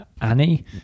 Annie